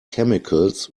chemicals